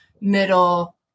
middle